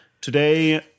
today